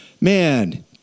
Man